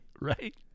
right